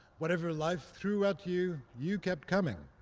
whatever life threw at you, you kept coming.